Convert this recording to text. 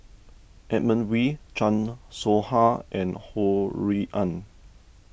Edmund Wee Chan Soh Ha and Ho Rui An